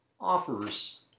offers